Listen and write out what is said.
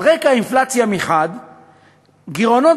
גברתי